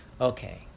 okay